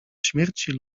śmierci